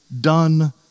done